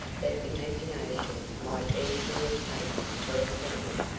that imagination might easily have taken for a queen.